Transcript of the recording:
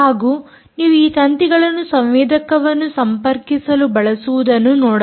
ಹಾಗೂ ನೀವು ಈ ತಂತಿಗಳನ್ನು ಸಂವೇದಕವನ್ನು ಸಂಪರ್ಕಿಸಲು ಬಳಸುವುದನ್ನು ನೋಡಬಹುದು